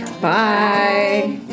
Bye